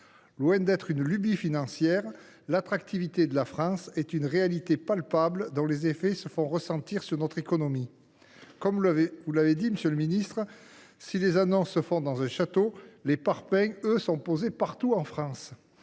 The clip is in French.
Loin d’être une lubie financière, l’attractivité de notre pays est une réalité palpable, dont les effets se font ressentir sur notre économie. Vous l’avez dit, monsieur le ministre, si les annonces se sont faites dans un château, les parpaings, eux, sont posés partout en France,